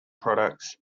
products